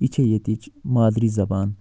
یہِ چھےٚ ییٚتِچ مادری زَبان